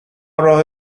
راه